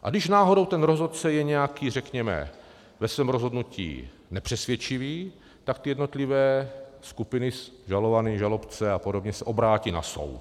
A když náhodou ten rozhodce je nějaký, řekněme, ve svém rozhodnutí nepřesvědčivý, tak jednotlivé skupiny, žalovaný, žalobce apod., se obrátí na soud.